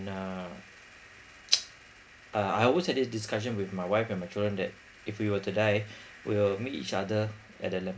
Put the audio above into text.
uh uh I always have this discussion with my wife and my children that if we were to die we'll meet each other at the lamp